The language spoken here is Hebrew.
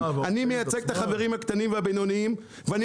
אני מייצג את החברים הקטנים והבינוניים ואני